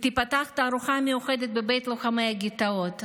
תיפתח תערוכה מיוחדת בבית לוחמי הגטאות.